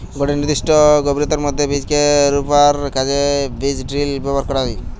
গটে নির্দিষ্ট গভীরতার মধ্যে বীজকে রুয়ার কাজে বীজড্রিল ব্যবহার করা হয়